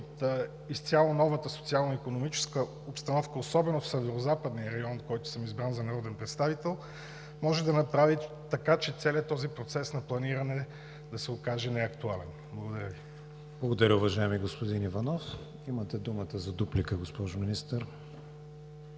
от изцяло новата социално-икономическа обстановка, особено в Северозападния район, в който съм избран за народен представител, може да направи така, че целият този процес на планиране да се окаже неактуален? Благодаря Ви. ПРЕДСЕДАТЕЛ КРИСТИАН ВИГЕНИН: Благодаря, уважаеми господин Иванов. Имате думата за дуплика, госпожо Министър.